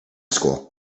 school